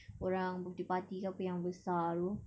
orang birthday party ke apa yang besar tu